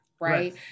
right